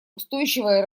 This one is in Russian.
устойчивое